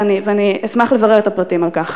ואני אשמח לברר את הפרטים על כך.